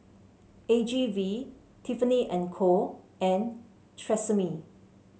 A G V Tiffany And Co and Tresemme